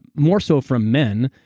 more so from men,